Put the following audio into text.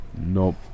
Nope